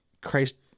christ